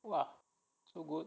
!wah! so good